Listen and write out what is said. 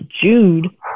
Jude